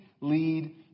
lead